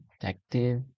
detective